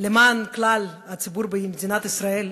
למען כלל הציבור במדינת ישראל,